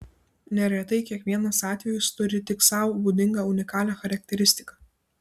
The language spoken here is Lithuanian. neretai kiekvienas atvejis turi tik sau būdingą unikalią charakteristiką